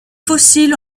fossiles